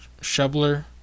Shubler